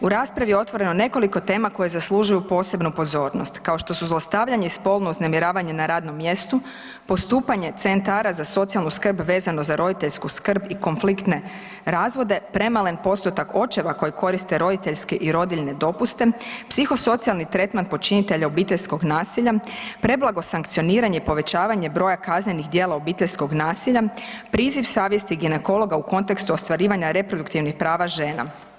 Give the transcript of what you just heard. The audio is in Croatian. U raspravi je otvoreno nekoliko tema koje zaslužuju posebnu pozornost kao što su zlostavljanje i spolno uznemiravanje na radnom mjestu, postupanje CZSS-a vezano za roditeljsku skrb i konfliktne razvode, premalen postotak očeva koji koriste roditeljske i rodiljne dopuste, psihosocijalni tretman počinitelja obiteljskog nasilja, preblago sankcioniranje i povećavanje broja kaznenih djela obiteljskog nasilja, priziv savjesti ginekologa u kontekstu ostvarivanja reproduktivnih prava žena.